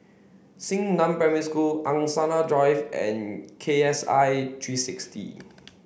Xingnan Primary School Angsana Drive and K S I three sixty